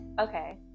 Okay